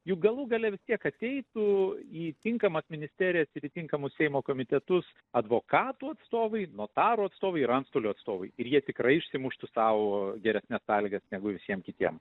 juk galų gale vis tiek ateitų į tinkamas ministerijas ir į tinkamus seimo komitetus advokatų atstovai notarų atstovai ir antstolių atstovai ir jie tikrai išsimuštų sau geresnes sąlygas negu visiem kitiem